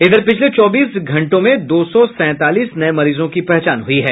इधर पिछले चौबीस घंटों में दो सौ सैंतालीस नये मरीजों की पहचान हुई है